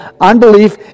unbelief